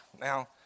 Now